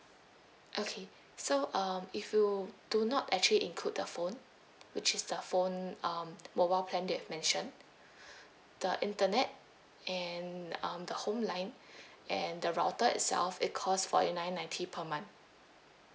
okay so um if you do not actually include the phone which is the phone um mobile plan that you've mentioned the internet and um the home line and the router itself it cost forty nine ninety per month